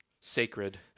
Sacred